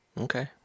Okay